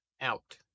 out